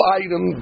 item